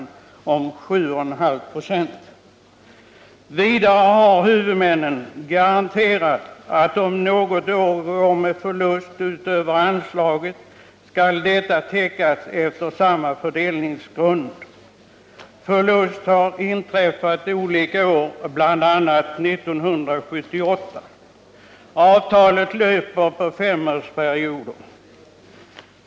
Vidare har huvudmännen garanterat att om något år går med förlust utöver anslaget, skall denna täckas efter samma fördelningsgrund. Förlust har inträffat flera år, bl.a. 1978. Avtalet löper på femårsperioder.